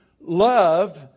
love